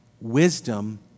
wisdom